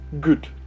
good